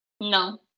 No